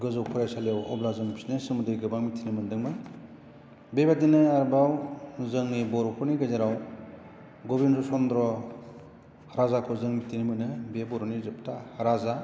गोजौ फरायसालियाव अब्ला जों बिसोरनि सोमोन्दै गोबां मिथिनो मोन्दोंमोन बेबादिनो आरोबाव जोंनि बर'फोरनि गेजेराव गबिन्द चन्द्र राजाखौ जों मिथिनो मोनो बियो बर'नि जोबथा राजा